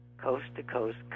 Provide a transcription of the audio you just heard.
coast-to-coast